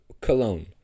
cologne